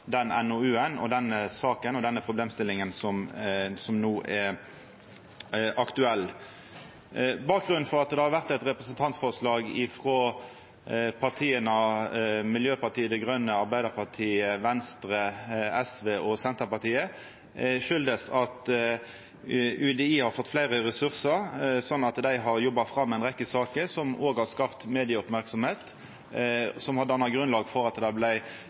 den saka og problemstillinga som no er aktuell. Bakgrunnen for at det har kome eit representantforslag frå partia Miljøpartiet Dei Grøne, Arbeidarpartiet, Venstre, SV og Senterpartiet har si årsak i at UDI har fått fleire ressursar, slik at dei har jobba fram ei rekke saker. Dette har skapt ei mediemerksemd som har danna grunnlag for at det